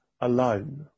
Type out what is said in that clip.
alone